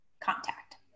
contact